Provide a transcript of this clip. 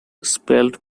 spelled